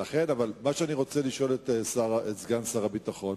אבל מה שאני רוצה לשאול את סגן שר הביטחון,